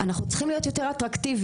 אנחנו צריכים להיות יותר אטרקטיביים,